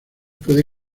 puede